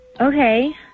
Okay